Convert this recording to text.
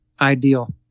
ideal